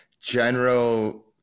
general